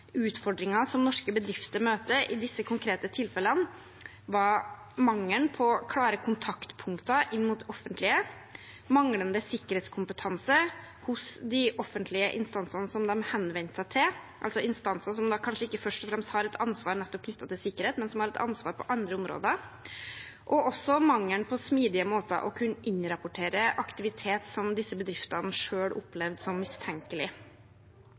som norske bedrifter møtte i disse konkrete tilfellene, var mangel på klare kontaktpunkter inn mot det offentlige, manglende sikkerhetskompetanse hos de offentlige instansene som de henvendte seg til – altså instanser som kanskje ikke først og fremst har et ansvar knyttet til nettopp sikkerhet, men som har et ansvar på andre områder – og mangel på smidige måter å kunne innrapportere aktivitet som disse bedriftene selv opplevde som mistenkelig,